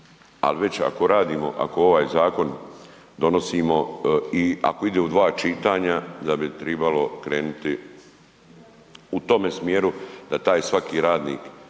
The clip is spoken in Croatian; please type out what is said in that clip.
ali već ako radimo, ako ovaj zakon donosimo i ako ide u 2 čitanja, da bi trebalo krenuti u tome smjeru da taj svaki radnik